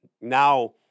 Now